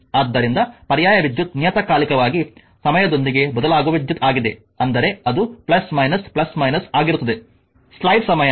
ಆದ್ದರಿಂದ ಪರ್ಯಾಯ ವಿದ್ಯುತ್ ನಿಯತಕಾಲಿಕವಾಗಿ ಸಮಯದೊಂದಿಗೆ ಬದಲಾಗುವ ವಿದ್ಯುತ್ ಆಗಿದೆ ಅಂದರೆ ಅದು ಆಗಿರುತ್ತದೆ